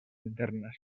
internas